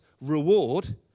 reward